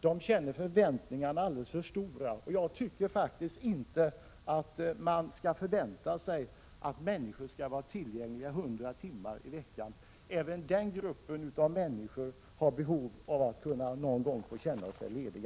De känner förväntningarna alldeles för stora. Jag tycker faktiskt inte att man skall förvänta sig att människor skall vara tillgängliga 100 timmar i veckan. Även den gruppen av människor har behov av att någon gång få känna sig lediga.